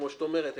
כמו שאת אומרת,